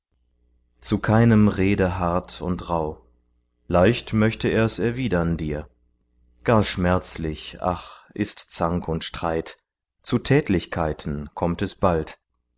zu keinem rede hart und rauh leicht möchte er's erwidern dir gar schmerzlich ach ist zank und streit zu tätlichkeiten kommt es bald